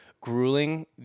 grueling